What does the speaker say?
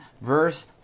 verse